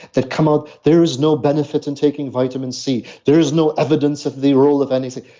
that come out, there is no benefits in taking vitamin c there is no evidence of the role of anything.